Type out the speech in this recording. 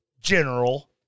general